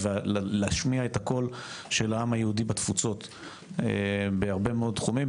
ולהשמיע את הקול של העם היהודי בתפוצות בהרבה מאוד תחומים,